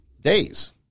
days